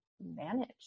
manage